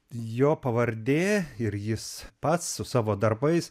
jo pavardė ir jis pats su savo darbais